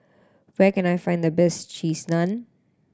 where can I find the best Cheese Naan